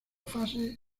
fase